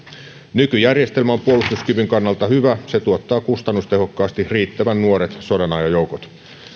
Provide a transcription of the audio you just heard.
nykyjärjestelmä on puolustuskyvyn kannalta hyvä se tuottaa kustannustehokkaasti riittävän nuoret sodanajan joukot